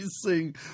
sing